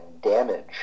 damage